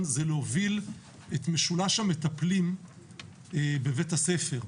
זה להוביל את משולש המטפלים בבית הספר,